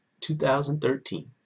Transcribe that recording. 2013